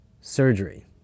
surgery